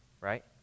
right